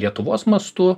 lietuvos mastu